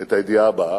את הידיעה הבאה: